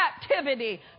Captivity